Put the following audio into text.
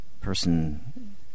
person